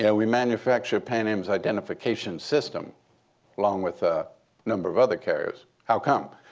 yeah we manufacture pan am's identification system along with a number of other carriers. how come?